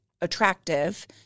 attractive